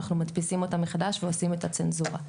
אנחנו מדפיסים אותם מחדש ועושים את הצנזורה.